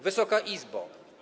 Wysoka Izbo!